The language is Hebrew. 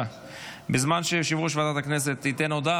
הצעת חוק הגישה לתוכן דיגיטלי לאחר פטירתו של אדם,